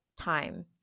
time